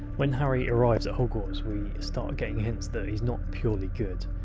when harry arrives at hogwarts, we start getting hints that he's not purely good.